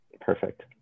Perfect